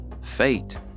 Fate